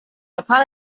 upon